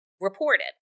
reported